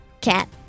cat